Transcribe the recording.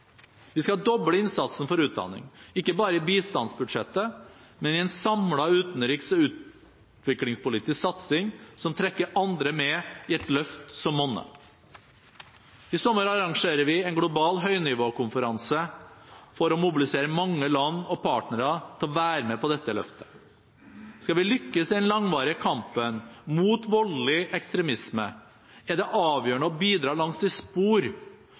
Vi skal doble innsatsen for utdanning – ikke bare i bistandsbudsjettet, men i en samlet utenriks- og utviklingspolitisk satsing som trekker andre med i et løft som monner. I sommer arrangerer vi en global høynivåkonferanse for å mobilisere mange land og partnere til å være med på dette løftet. Skal vi lykkes i den langvarige kampen mot voldelig ekstremisme, er det avgjørende å bidra langs de spor